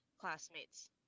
classmates